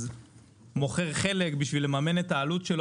אז מוכר חלק בשביל לממן את העלות שלו.